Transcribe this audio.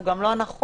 הוא גם לא נחוץ,